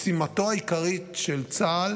משימתו העיקרית של צה"ל